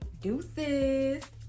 Deuces